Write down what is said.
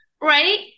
right